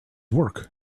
work